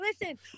Listen